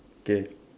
K